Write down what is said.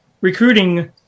recruiting